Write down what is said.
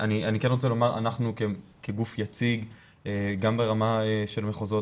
אני רוצה לומר שאנחנו כגוף יציג גם ברמה של מחוזות